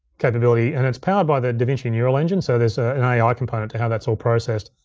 capability and it's powered by the davinci neural engines, so there's an ai ai component to how that's all processed,